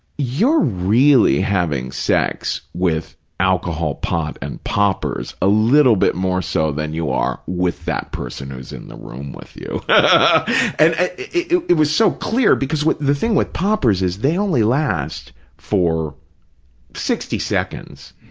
you're really having sex with alcohol, pot and poppers a little bit more so than you are with that person who's in the room with you. yeah and it it was so clear, because the thing with poppers is, they only last for sixty seconds.